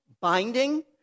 binding